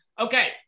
Okay